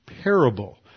parable